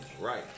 right